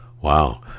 Wow